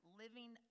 living